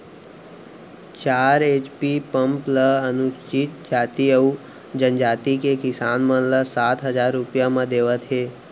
चार HP pump ल अनुसूचित जाति अउ जनजाति के किसान मन ल सात हजार रूपिया म देवत हे